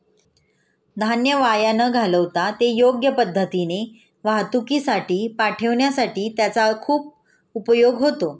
धान्य वाया न घालवता ते योग्य पद्धतीने वाहतुकीसाठी पाठविण्यासाठी त्याचा खूप उपयोग होतो